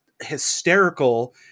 hysterical